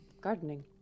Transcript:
Gardening